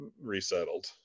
resettled